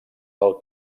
del